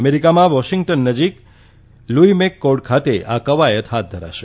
અમેરિકામાં વોશિંગ્ટન નજીક Lewis McChord ખાતે આ કવાયત હાથ ધરાશે